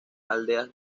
aldeas